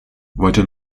wollte